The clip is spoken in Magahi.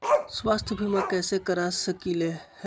स्वाथ्य बीमा कैसे करा सकीले है?